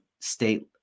state